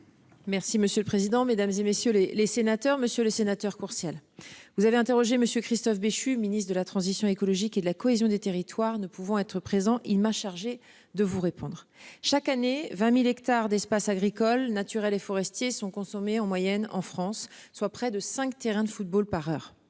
Merci monsieur le président, Mesdames, et messieurs les les sénateurs, monsieur le sénateur Courtial. Vous avez interrogé monsieur Christophe Béchu Ministre de la Transition écologique et de la cohésion des territoires, ne pouvant être présent il m'a chargé de vous répondre. Chaque année, 20.000 hectares d'espaces agricoles naturels et forestiers sont consommés en moyenne en France, soit près de 5 terrains de football par heure.